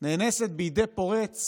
נאנסת בידי פורץ